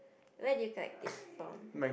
where did you collect it from